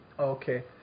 Okay